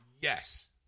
Yes